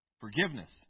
Forgiveness